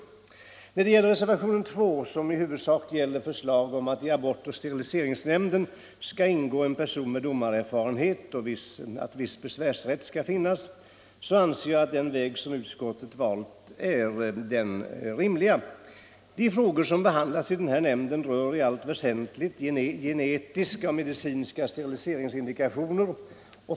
Det andra yrkandet i reservationen 1, som i huvudsak gäller förslag om att det i abortoch steriliseringsnämnden skall ingå en person med domarerfarenhet och att viss besvärsrätt skall införas, anser jag att den väg utskottet valt är bättre. De frågor som kommer att behandlas i nämnden rör i allt väsentligt genetiska och medicinska steriliseringsindikationer.